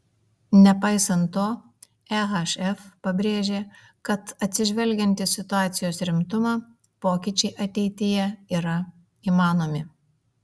nepaisant to ehf pabrėžė kad atsižvelgiant į situacijos rimtumą pokyčiai ateityje yra įmanomi